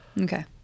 Okay